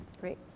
Great